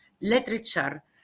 literature